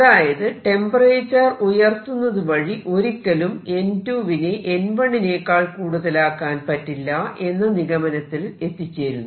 അതായത് ടെമ്പറേച്ചർ ഉയർത്തുന്നത് വഴി ഒരിക്കലും n 2 വിനെ n1 നേക്കാൾ കൂടുതലാക്കാൻ പറ്റില്ല എന്ന നിഗമനത്തിൽ എത്തിച്ചേരുന്നു